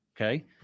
Okay